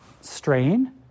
strain